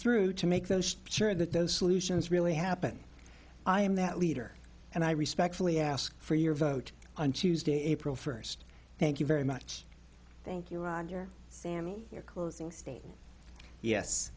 through to make those sure that those solutions really happen i am that leader and i respectfully ask for your vote on tuesday april first thank you very much thank you ron your sammy your closing